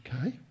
Okay